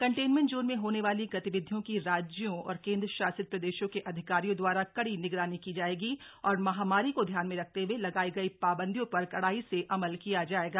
containment zone में होने वाली गतिविधियों की राज्यों और केन्द्रशासित प्रदेशों के अधिकारियों द्वारा कड़ी निगरानी की जाएगी और महामारी को ध्यान में रखते हुए लगाई गयी शबंदियों कर कड़ाई से अमल किया जाएगा